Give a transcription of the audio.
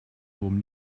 hohem